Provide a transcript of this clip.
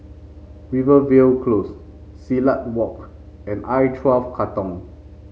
Rivervale Close Silat Walk and I twelve Katong